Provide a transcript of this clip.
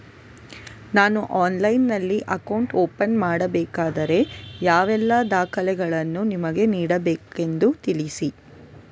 ನಾನು ಆನ್ಲೈನ್ನಲ್ಲಿ account open ಮಾಡಬೇಕಾದರೆ ಯಾವ ಎಲ್ಲ ದಾಖಲೆಗಳನ್ನು ನಿಮಗೆ ನೀಡಬೇಕೆಂದು ತಿಳಿಸಿ?